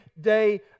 day